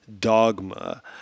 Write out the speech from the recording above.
Dogma